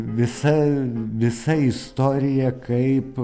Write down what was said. visa visa istorija kaip